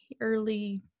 early